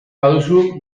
baduzu